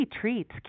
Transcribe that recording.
treats